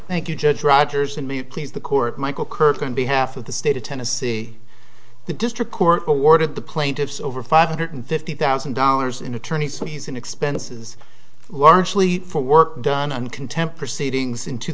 thank you judge rogers and me please the court michael kirk on behalf of the state of tennessee the district court awarded the plaintiffs over five hundred fifty thousand dollars in attorney so he's in expenses largely for work done on contempt proceedings in two